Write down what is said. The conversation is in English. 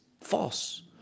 false